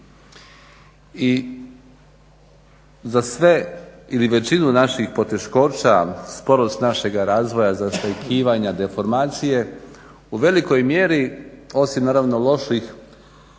I za sve ili većinu naših poteškoća, sporost našega razvoja, zastajkivanja, deformacije, u velikoj mjeri, osim naravno loših